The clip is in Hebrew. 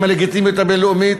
עם הלגיטימיות הבין-לאומית.